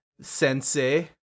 Sensei